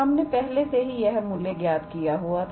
हमने पहले से ही यह मूल्य ज्ञात किया हुआ था